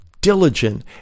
diligent